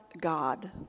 God